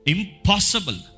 Impossible